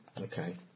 Okay